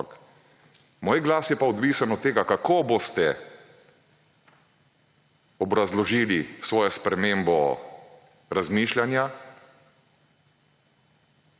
moj glas je pa odvisen od tega, kako boste obrazložili svojo spremembo razmišljanja